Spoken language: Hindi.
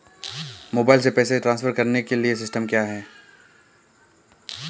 मोबाइल से पैसे ट्रांसफर करने के लिए सिस्टम क्या है?